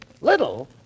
Little